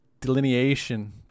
delineation